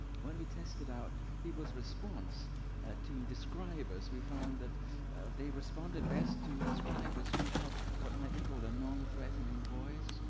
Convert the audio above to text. when we tested out people's response ah to describers, we felt that they responded best to describers who had what might be called a nonthreatening voice.